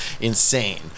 insane